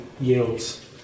yields